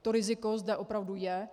To riziko zde opravdu je.